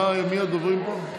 נגד, שניים, נמנעים, אפס.